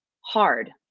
hard